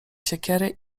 siekiery